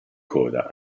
coda